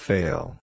Fail